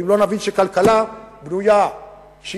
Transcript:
ואם לא נבין שכלכלה בנויה על כך